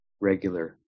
regular